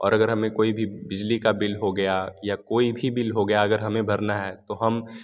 और अगर हमें कोई भी बिजली का बिल हो गया या कोई भी बिल हो गया अगर हमें भरना है तो हम